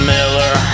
Miller